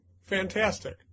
fantastic